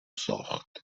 ساخت